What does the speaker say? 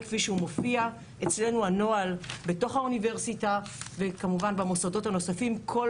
כפי שהוא מופיע באוניברסיטה וכמובן במוסדות הנוספים הוא